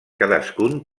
cadascun